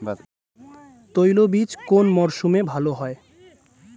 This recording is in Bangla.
তৈলবীজ কোন মরশুমে ভাল হয়?